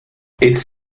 its